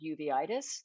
uveitis